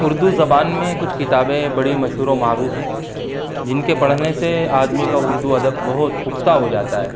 اردو زبان میں کچھ کتابیں بڑی مشہور و معروف ہیں جن کے پڑھنے سے آدمی کا اردو ادب بہت پختہ ہو جاتا ہے